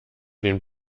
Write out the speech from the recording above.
den